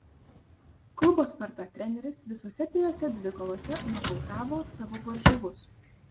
klubo sparta treneris visose trijose dvikovose nokautavo savo varžovus